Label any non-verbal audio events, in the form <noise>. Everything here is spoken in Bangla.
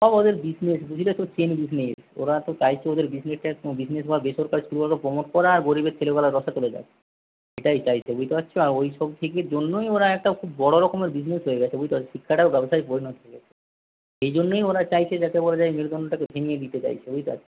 সব ওদের বিজনেস বুঝলে তো সেম বিজনেস ওরা তো চাইছে ওদের বিজনেসটা একটু বিজনেস বা বেসরকারি স্কুলগুলোকে প্রমোট করা আর গরীবের ছেলেগুলো রসাতলে যাক এইটাই চাইছে বুঝতে পারছো না ওই সব দিকের জন্যই ওরা একটা খুব বড়ো রকমের বিজনেস হয়ে গেছে বুঝতে পারছো শিক্ষাটা ব্যবসায় পরিণত হয়ে গেছে সেই জন্যেই ওরা চাইছে যাতে <unintelligible> ওরা মেরুদণ্ডটাকে ভেঙে দিতে চাইছে ওইটাই <unintelligible>